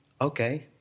Okay